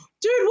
dude